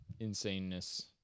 insaneness